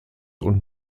und